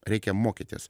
reikia mokytis